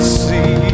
see